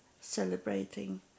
celebrating